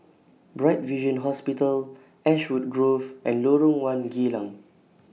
Bright Vision Hospital Ashwood Grove and Lorong one Geylang